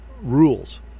rules